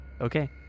Okay